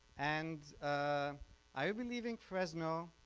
and ah i'll be leaving fresno